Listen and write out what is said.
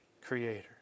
creator